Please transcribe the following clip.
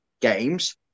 games